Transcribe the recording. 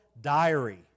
diary